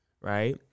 Right